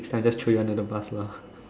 next time just throw you under the bus lah